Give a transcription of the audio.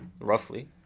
Roughly